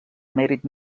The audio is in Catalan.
mèrit